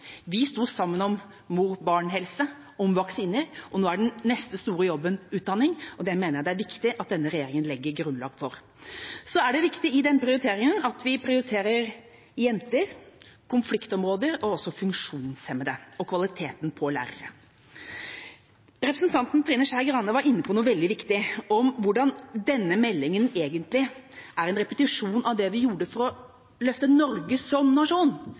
Vi sto sammen om mor–barn-helse og om vaksiner. Nå er den neste store jobben utdanning, og det mener jeg det er viktig at denne regjeringa legger grunnlag for. Det er viktig i denne prioriteringa at vi prioriterer jenter, konfliktområder, funksjonshemmede og kvaliteten på lærere. Representanten Trine Skei Grande var inne på noe veldig viktig – hvordan denne meldinga egentlig er en repetisjon av det vi gjorde for å løfte Norge som nasjon.